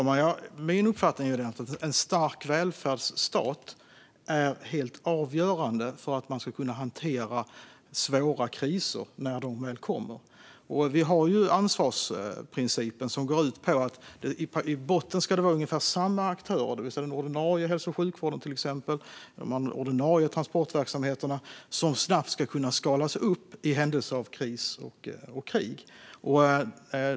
Fru talman! Min uppfattning är att en stark välfärdsstat är helt avgörande för att man ska kunna hantera svåra kriser när de kommer. Vi har ju ansvarsprincipen som går ut på att det i botten ska vara ungefär samma aktörer, det vill säga till exempel den ordinarie hälso och sjukvården och de ordinarie transportverksamheterna, som snabbt ska kunna skalas upp i händelse av kris och krig.